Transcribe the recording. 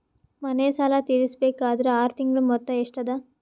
ಮನೆ ಸಾಲ ತೀರಸಬೇಕಾದರ್ ಆರ ತಿಂಗಳ ಮೊತ್ತ ಎಷ್ಟ ಅದ?